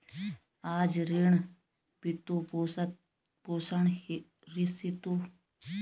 आज ऋण, वित्तपोषण स्रोत को धन जीतने का मुख्य स्रोत माना जाता है